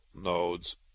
nodes